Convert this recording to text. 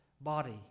body